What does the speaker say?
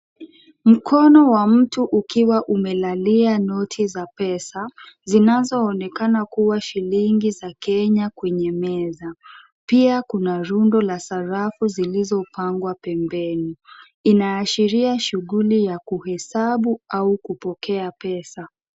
Mkono wa mtu ukiwa umelalia noti za pesa zinazoonekana kuwa shillingi za Kenya kwenye meza pia kuna rundo la sarafu zilizopangwa pembeni. Inaashiria shughuli ya kuhesabu au kupokea pesa.